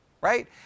right